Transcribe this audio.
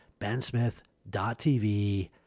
bensmith.tv